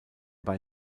bei